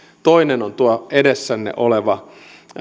toinen on tuo edessänne oleva